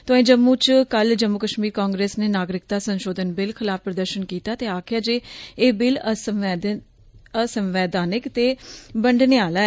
तोंआई जम्मू च कल जम्मू कश्मीर कांग्रेस ने नागरिकता संशोधन बिल खलाफ प्रदर्शन कीता ते आक्खेया जे ए बिल असंवैधानिक ते बणडणे आहला ऐ